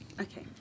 Okay